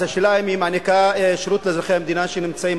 אז השאלה היא אם היא מעניקה שירות לאזרחי המדינה שנמצאים,